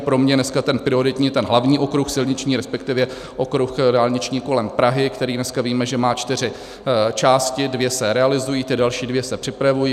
Pro mě dneska prioritní je ten hlavní okruh silniční, respektive okruh dálniční kolem Prahy, který, dneska víme, že má čtyři části, dvě se realizují, ty další dvě se připravují.